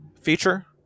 feature